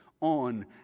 on